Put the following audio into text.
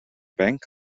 bank